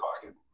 pocket